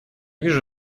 вижу